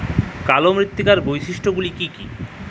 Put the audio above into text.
কালো মৃত্তিকার বৈশিষ্ট্য গুলি কি কি?